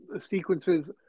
sequences